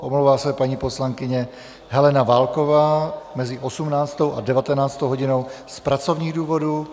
Omlouvá se paní poslankyně Helena Válková mezi 18. a 19. hodinou z pracovních důvodů.